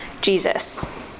Jesus